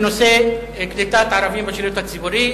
בנושא קליטת ערבים בשירות הציבורי.